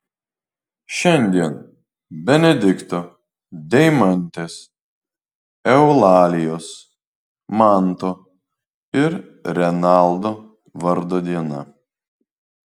šiandien benedikto deimantės eulalijos manto ir renaldo vardo diena